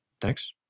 Thanks